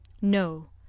No